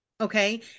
okay